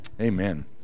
Amen